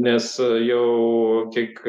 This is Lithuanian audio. nes jau kiek